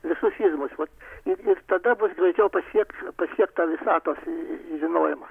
visus izmus vat ir ir tada bus greičiau pasieks pasiekt tą visatos žinojimą